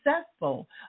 successful